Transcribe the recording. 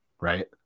Right